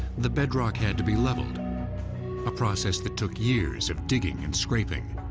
the bedrock had to be leveled a process that took years of digging and scraping.